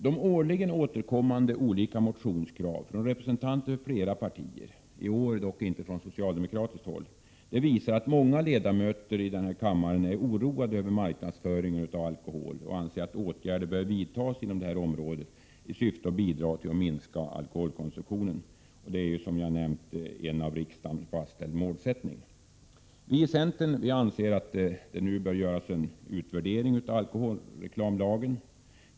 De årligen återkommande olika motionskraven från representanter från flera partier — i år dock inte från socialdemokratiskt håll — visar att många ledamöter i denna kammare är oroade över marknadsföringen av alkohol och anser att åtgärder bör vidtas på detta område i syfte att minska alkoholkonsumtionen. Detta är ju, som nämnts, ett av riksdagens fastslagna mål. Vi i centern anser nu att det bör göras en utvärdering av alkoholreklamlagen.